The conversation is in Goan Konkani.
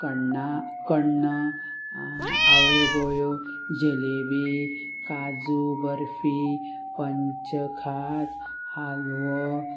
कण्णा कण्ण आवळ्यो बोळ्यो जलेबी काजू बर्फी पंच खाद हालवो